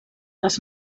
les